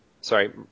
sorry